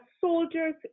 soldier's